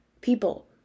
People